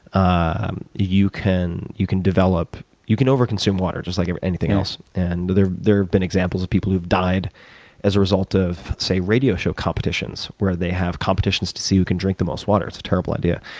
ah you can you can develop you can over consume water, just like anything else. and there have been examples of people who've died as a result of, say, radio show competitions where they have competitions to see who can drink the most water. it's a terrible idea.